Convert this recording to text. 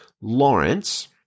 Lawrence